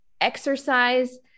exercise